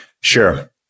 Sure